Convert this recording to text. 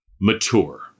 mature